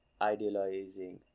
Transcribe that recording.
Idealizing